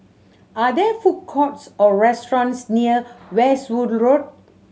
are there food courts or restaurants near Westwood Road